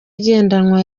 igendanwa